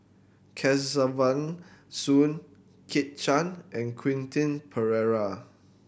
Kesavan Soon Kit Chan and Quentin Pereira